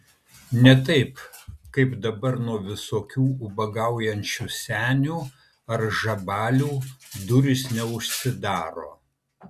ne taip kaip dabar nuo visokių ubagaujančių senių arba žabalių durys neužsidaro